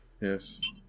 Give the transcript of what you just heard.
yes